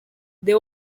they